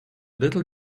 little